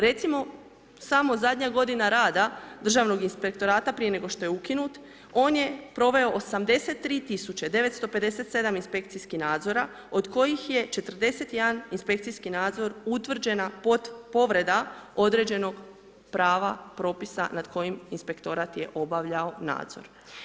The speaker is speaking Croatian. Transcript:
Recimo samo zadnja godina rada Državnog inspektorata prije nego što je ukinut on je proveo 83 tisuće 957 inspekcijskih nadzora od kojih je 41 inspekcijski nadzor utvrđena povreda određenog prava propisa nad kojim inspektorat je obavljao nadzor.